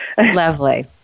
Lovely